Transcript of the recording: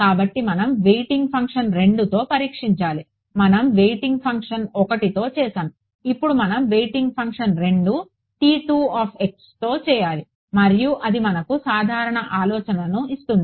కాబట్టి మనం weighting function 2తో పరీక్షించాలి మనం వెయిటింగ్ ఫంక్షన్ 1 తో చేసాము ఇప్పుడు మనం వెయిటింగ్ ఫంక్షన్ 2 తో చేయాలి మరియు అది మనకు సాధారణ ఆలోచనను ఇస్తుంది